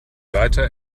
weiter